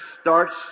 starts